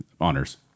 Honors